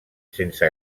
sense